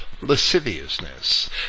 lasciviousness